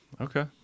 Okay